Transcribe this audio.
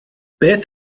beth